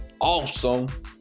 awesome